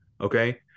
Okay